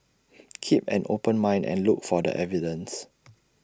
keep an open mind and look for the evidence